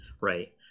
right